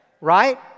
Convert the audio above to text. right